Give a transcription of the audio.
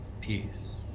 Peace